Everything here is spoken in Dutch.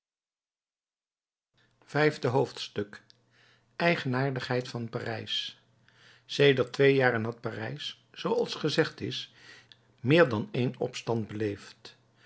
vijfde hoofdstuk eigenaardigheid van parijs sedert twee jaren had parijs zooals gezegd is meer dan een opstand beleefd